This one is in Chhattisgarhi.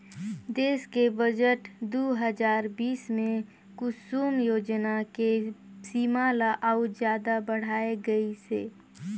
देस के बजट दू हजार बीस मे कुसुम योजना के सीमा ल अउ जादा बढाए गइसे